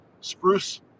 Spruce